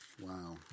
Wow